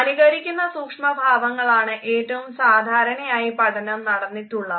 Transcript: അനുകരിക്കുന്ന സൂക്ഷ്മഭാവങ്ങളാണ് ഏറ്റവും സാധാരണമായി പഠനം നടന്നിട്ടുള്ളവ